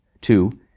Two